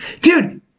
Dude